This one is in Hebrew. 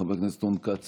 חבר הכנסת רון כץ,